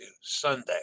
Sunday